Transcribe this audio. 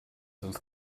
sonst